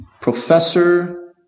Professor